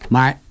Maar